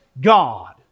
God